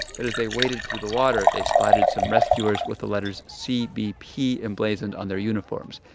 but as they waded through the water, they spotted some rescuers with the letters cbp emblazoned on their uniforms,